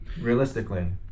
realistically